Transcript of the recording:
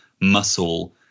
muscle